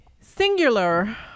singular